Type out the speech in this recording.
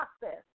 process